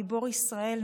גיבור ישראל,